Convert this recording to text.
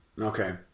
Okay